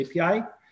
API